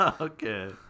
Okay